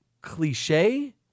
cliche